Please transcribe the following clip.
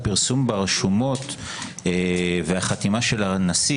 הפרסום ברשומות והחתימה של הנשיא,